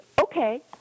okay